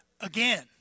again